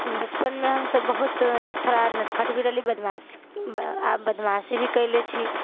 बचपनमे हमसब बहुत थोड़ा नटखट भी रहलिए बदमाश आओर बदमाशी भी कएले छी